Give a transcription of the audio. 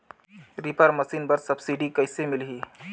Reaper machine बर subsidy कइसे मिलही?